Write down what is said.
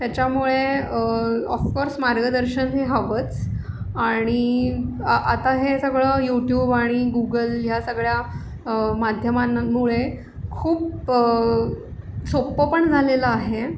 त्याच्यामुळे ऑफकोर्स मार्गदर्शन हे हवंच आणि आता हे सगळं यूट्यूब आणि गूगल ह्या सगळ्या माध्यमांमुळे खूप सोप्पं पण झालेलं आहे